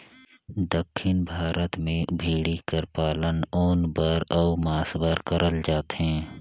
दक्खिन भारत में भेंड़ी कर पालन ऊन बर अउ मांस बर करल जाथे